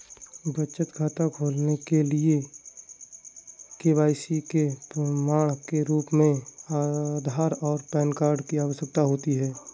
बचत खाता खोलने के लिए के.वाई.सी के प्रमाण के रूप में आधार और पैन कार्ड की आवश्यकता होती है